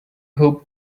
hope